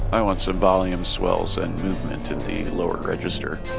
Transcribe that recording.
i want some volume swells and movement in the lower register.